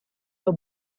the